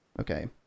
Okay